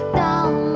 down